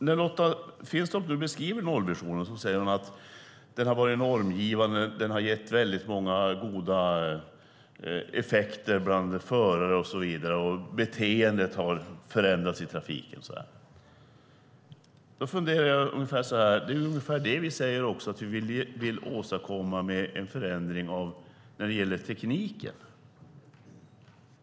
När Lotta Finstorp beskriver nollvisionen säger hon att den har varit normgivande, att den har gett många goda effekter bland förare och så vidare. Beteendet har förändrats i trafiken, säger hon. Jag funderar så här: Det är ungefär det vi säger att vi vill åstadkomma också med en förändring av tekniken.